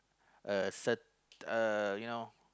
uh set uh you know